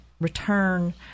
return